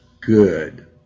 good